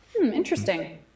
interesting